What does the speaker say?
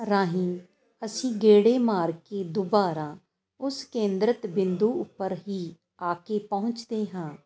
ਰਾਹੀਂ ਅਸੀਂ ਗੇੜੇ ਮਾਰ ਕੇ ਦੁਬਾਰਾ ਉਸ ਕੇਂਦਰਿਤ ਬਿੰਦੂ ਉੱਪਰ ਹੀ ਆ ਕੇ ਪਹੁੰਚਦੇ ਹਾਂ